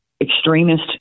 extremist